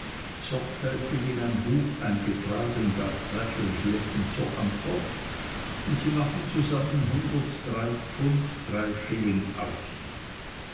sorgfältig in ein buch eingetragen gab traddles lächelnd zur antwort und sie machen zusammen hundertdrei pfund drei schilling aus